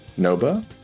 Noba